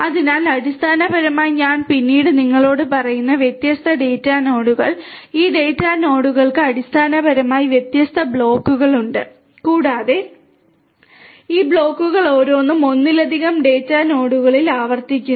അതിനാൽ അടിസ്ഥാനപരമായി ഞാൻ പിന്നീട് നിങ്ങളോട് പറയുന്ന വ്യത്യസ്ത ഡാറ്റാ നോഡുകൾ ഈ ഡാറ്റാ നോഡുകൾക്ക് അടിസ്ഥാനപരമായി വ്യത്യസ്ത ബ്ലോക്കുകളുണ്ട് കൂടാതെ ഈ ബ്ലോക്കുകൾ ഓരോന്നും ഒന്നിലധികം ഡാറ്റാ നോഡുകളിൽ ആവർത്തിക്കുന്നു